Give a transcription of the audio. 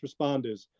responders